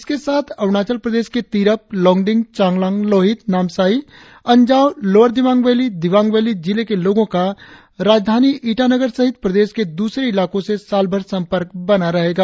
इसके साथ अरुणाचल प्रदेश के Tirap Longding Changlang Lohit Namsai Anjaw lower Dibang valley Dibang valley जिले के लोगों का राजधानी ईटानगर सहित प्रदेश के दूसरे ईलाकों से साल भर संपर्क बना रहेगा